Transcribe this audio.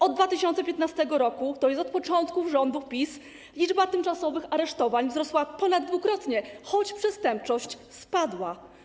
Od 2015 r., tj. od początku rządów PiS, liczba tymczasowych aresztowań wzrosła ponad dwukrotnie, choć przestępczość spadła.